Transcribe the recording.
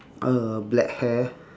uh black hair